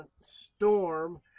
Storm